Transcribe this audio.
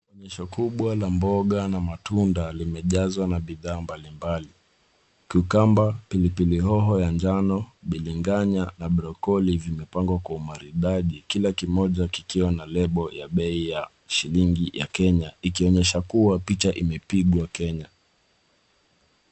Onyesho kubwa la mboga na matunda limejazwa na bidhaa mbalimbali. Cucumber , Pilipili hoho ya njano, biringanya na brocolli vimepangwa kwa umaridadi kila kimoja kikiwa na lebo ya bei ya shilingi ya Kenya ikionyesha kuwa picha imepigwa Kenya.